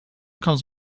comes